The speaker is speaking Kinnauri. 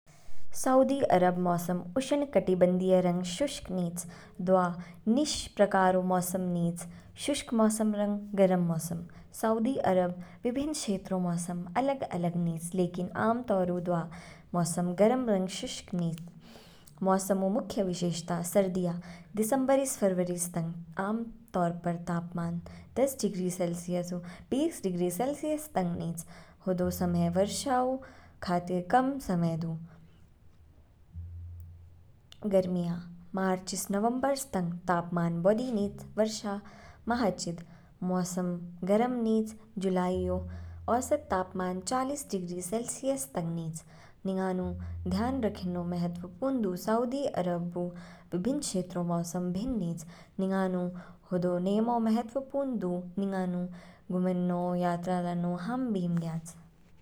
Saudi Arab मौसम उष्णकटिबंधीय रंग शुष्क निच, दवा निश प्रकारउ मौसम निच, शुष्क मौसम रंग गर्म मौसम। सउदी अरब विभिन्न क्षेत्रों मौसम अलग अलग निच, लेकिन आम तौर ऊ दवा मौसम गर्म रंग शुष्क निच। मौसम ऊ मुख्य विशेषता, सर्दियाँ, दिसंबर से फरवरी तंग, आमतौर पर तापमान दस डिग्री सेलसियस बीस डिग्री सेलसियस तंग निच, हदौ समय वर्षा ऊ खातिर कम समय दु। गर्मियाँ, मार्च ईस नवंबर तंग, तापमान बौधि निच, वर्षा मा हाचिद, मौसम गर्म निज, जुलाईऔ औसत तापमान चालिस डिग्री सेलसियस तंग निच। निंगानु ध्यान रखेन्नौ महत्वपूर्ण दु सउदी अरब ऊ विभिन्न क्षेत्रों मौसम भिन्न निच, निंगानु हदौ नेमौ महत्वपूर्ण दु निंगानु घुमेन्नो यात्रा लान्नौ हाम बीम ज्ञयाच।